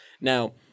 Now